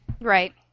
Right